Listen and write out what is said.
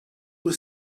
were